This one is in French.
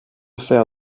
fer